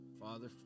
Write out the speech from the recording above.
Father